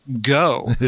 Go